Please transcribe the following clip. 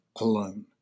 alone